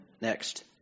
next